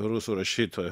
rusų rašytoju